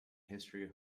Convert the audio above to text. history